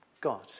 God